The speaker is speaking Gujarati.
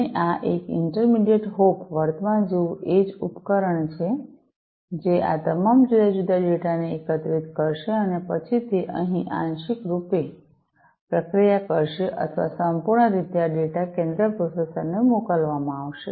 અને આ એક ઇન્ટરમીડિયટ હોપ વર્તમાન જેવું એજ્ડ ઉપકરણ છે જે આ તમામ જુદા જુદા ડેટાને એકત્રિત કરશે અને પછી તે અહીં આંશિક રૂપે પ્રક્રિયા કરશે અથવા સંપૂર્ણ રીતે આ ડેટા કેન્દ્રીય પ્રોસેસર ને મોકલવામાં આવશે